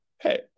Hey